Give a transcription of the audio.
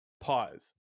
pause